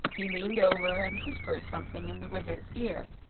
he leaned over and whispered something in the wizard's ear,